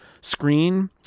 screen